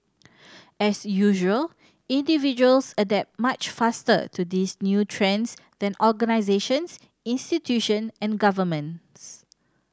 as usual individuals adapt much faster to these new trends than organisations institution and governments